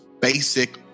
basic